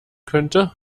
könnte